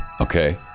Okay